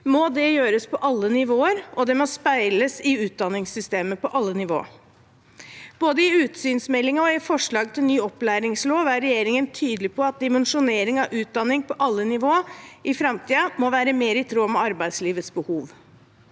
må det gjøres på alle nivå, og det må speiles i utdanningssystemet på alle nivå. Både i utsynsmeldingen og i forslag til ny opplæringslov er regjeringen tydelig på at dimensjonering av utdanning på alle nivå i framtiden må være mer i tråd med arbeidslivets behov.